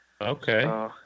Okay